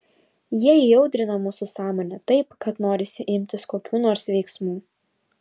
jie įaudrina mūsų sąmonę taip kad norisi imtis kokių nors veiksmų